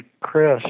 Chris